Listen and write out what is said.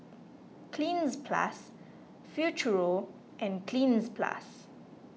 Cleanz Plus Futuro and Cleanz Plus